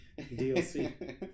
dlc